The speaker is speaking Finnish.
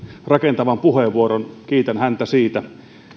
rakentavan puheenvuoron kiitän häntä siitä